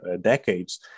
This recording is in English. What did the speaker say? decades